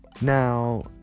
Now